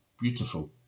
beautiful